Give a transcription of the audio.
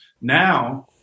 now